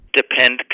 depend